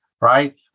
right